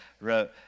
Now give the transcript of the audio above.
wrote